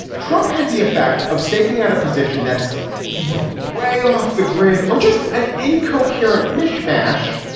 trump has the effect of staking out a position that's either way off the grid or just an incoherent mishmash.